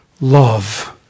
love